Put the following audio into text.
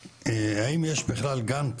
האם יש בכלל לוחות זמנים